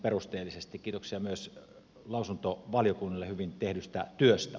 kiitoksia myös lausuntovaliokunnille hyvin tehdystä työstä